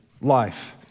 life